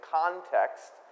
context